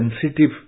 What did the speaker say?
sensitive